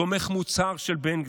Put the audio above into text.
תומך מוצהר של בן גביר.